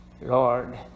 Lord